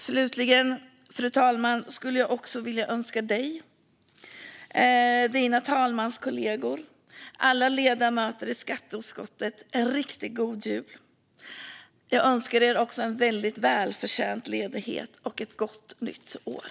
Slutligen, fru talman, vill jag önska dig, dina talmanskollegor och alla ledamöter i skatteutskottet en riktigt god jul. Jag önskar er också en väldigt välförtjänt ledighet och ett gott nytt år.